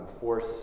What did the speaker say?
force